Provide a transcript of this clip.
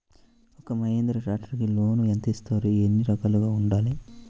ఒక్క మహీంద్రా ట్రాక్టర్కి లోనును యెంత ఇస్తారు? ఎన్ని ఎకరాలు ఉండాలి?